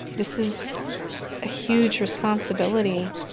this is a huge responsibility